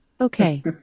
Okay